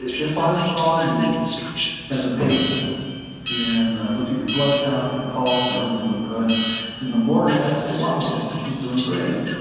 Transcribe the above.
if i saw you as a patient and i looked at your blood count, your pulse and everything looked good in the morning, i'd say, wow, well, she's she's doing great.